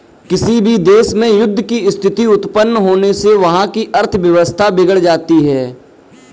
किसी भी देश में युद्ध की स्थिति उत्पन्न होने से वहाँ की अर्थव्यवस्था बिगड़ जाती है